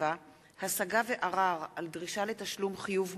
7) (השגה וערר על דרישה לתשלום חיוב מוגדל),